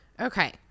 Okay